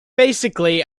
basically